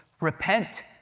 repent